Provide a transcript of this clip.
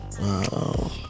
Wow